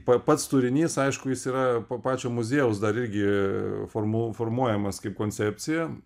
pa pats turinys aišku jis yra pa pačio muziejaus dar irgi formul formuojamas kaip koncepcija